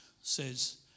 says